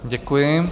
Děkuji.